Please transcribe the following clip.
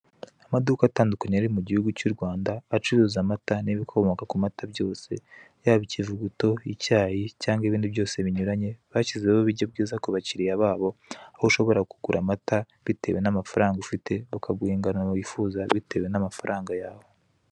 Amaduka atandukanye ari mu gihugu cy' u Rwanda acuruza amata n'ibikomoka ku mata byose yaba ikivuguto, icyayi cyangwa ibindi byose binyuranye hashyizweho uburyo bwiza ku bakiriya babo, aho ushobora kugura amata bitewe n'amafaranga ufite bakaguha ingano wifuza bitewe n'amafaranga yawe.